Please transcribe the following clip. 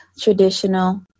traditional